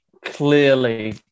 clearly